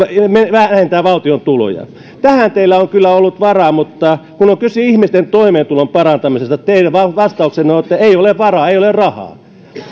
vähentää valtion tuloja tähän teillä kyllä on ollut varaa mutta kun on kyse ihmisten toimeentulon parantamisesta teidän vastauksenne on että ei ole varaa ei ole rahaa